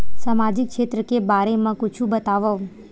सामाजिक क्षेत्र के बारे मा कुछु बतावव?